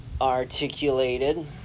articulated